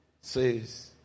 says